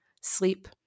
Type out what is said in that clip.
sleep